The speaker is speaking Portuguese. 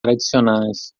tradicionais